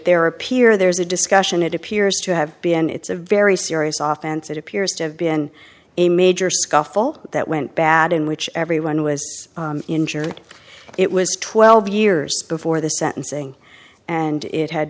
appear there's a discussion it appears to have been it's a very serious off and it appears to have been a major scuffle that went bad in which everyone was injured it was twelve years before the sentencing and it had